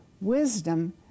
wisdom